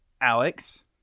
Alex